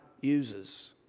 uses